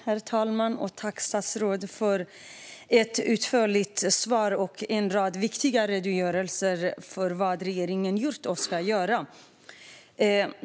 Herr talman! Tack, statsrådet, för ett utförligt svar och en rad viktiga redogörelser för vad regeringen ska göra!